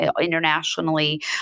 internationally